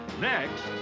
Next